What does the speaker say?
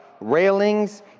railings